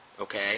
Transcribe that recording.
Okay